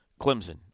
Clemson